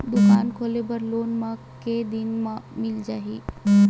दुकान खोले बर लोन मा के दिन मा मिल जाही?